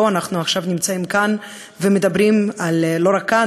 אנחנו נמצאים כאן עכשיו ומדברים לא רק כאן,